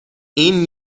این